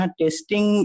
testing